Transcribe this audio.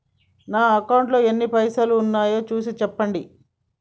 నా అకౌంట్లో ఎన్ని పైసలు ఉన్నాయి చూసి చెప్పండి?